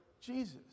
Jesus